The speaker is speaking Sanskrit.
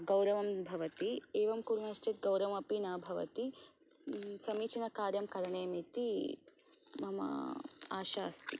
गौरवं भवति एवं कुर्मः चेत् गौरवमपि न भवति समीचीनकार्यं करणीयं इति मम आशा अस्ति